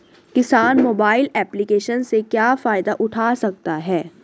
किसान mobile application से क्या फायदा उठा सकता है?